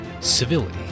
civility